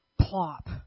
Plop